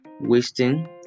wasting